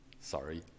sorry